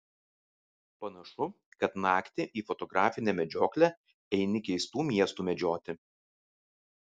panašu kad naktį į fotografinę medžioklę eini keistų miestų medžioti